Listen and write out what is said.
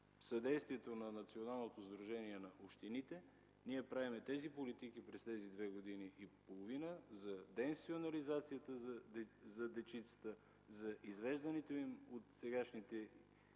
съдействието на Националното сдружение на общините ние правим политиките през тези две години и половина за деинституализацията на дечицата, за извеждането им от сегашните